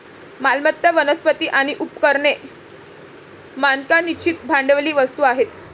मालमत्ता, वनस्पती आणि उपकरणे मानक निश्चित भांडवली वस्तू आहेत